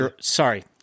Sorry